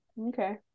okay